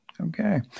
Okay